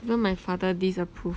then my father disapprove